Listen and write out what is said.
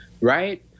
Right